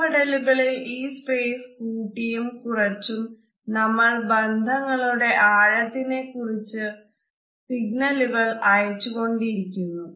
ഇടപെടലുകളിൽ ഈ സ്പേസ് കൂട്ടിയും കുറച്ചും നമ്മൾ ബന്ധങ്ങളുടെ ആഴത്തിനെ കുറിച്ചുള്ള സിഗ്നലുകൾ അയച്ചുകൊണ്ടിരിക്കുന്നു